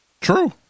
True